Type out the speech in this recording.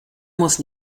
muss